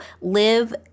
live